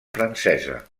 francesa